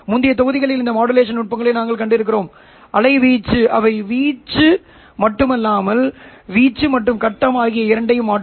முந்தைய தொகுதிகளில் அந்த மாடுலேஷன் நுட்பங்களை நாங்கள் கண்டிருக்கிறோம் அவை வீச்சு மட்டுமல்லாமல் வீச்சு மற்றும் கட்டம் ஆகிய இரண்டையும் மாற்றும்